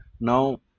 Now